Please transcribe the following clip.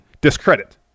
Discredit